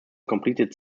completed